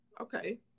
Okay